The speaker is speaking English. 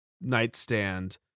nightstand